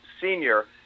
senior